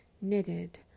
knitted